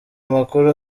amakuru